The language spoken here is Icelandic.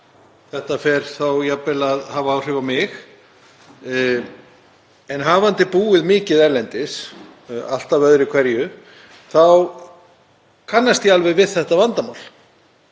þetta fer þá jafnvel að hafa áhrif á mig. En eftir að hafa búið mikið erlendis öðru hverju þá kannast ég alveg við þetta vandamál.